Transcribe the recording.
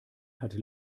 hat